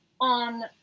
on